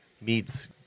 meets